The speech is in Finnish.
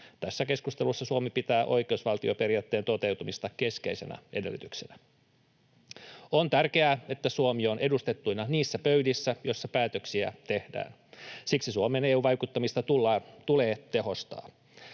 Tässä keskustelussa Suomi pitää oikeusvaltioperiaatteen toteutumista keskeisenä edellytyksenä. On tärkeää, että Suomi on edustettuna niissä pöydissä, joissa päätöksiä tehdään. Siksi Suomen EU-vaikuttamista tulee tehostaa.